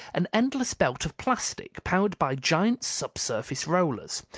an endless belt of plastic, powered by giant subsurface rollers,